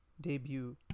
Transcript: debut